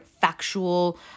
factual